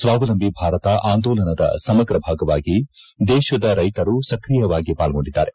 ಸ್ಥಾವಲಂಬಿ ಭಾರತ ಆಂದೋಲನದ ಸಮಗ್ರ ಭಾಗವಾಗಿ ದೇಶದ ರೈತರು ಸಕ್ರಿಯವಾಗಿ ಪಾಲ್ಗೊಂಡಿದ್ಗಾರೆ